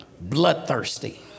Bloodthirsty